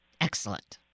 Excellent